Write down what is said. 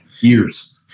years